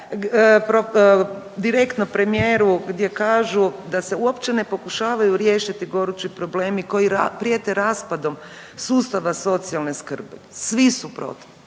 direktno premijeru gdje kažu da se uopće ne pokušavaju riješiti gorući problemi koji prijete raspadom sustava socijalne skrbi. Svi su protiv.